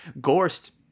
Gorst